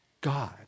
God